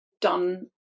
done